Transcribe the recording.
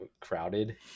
crowded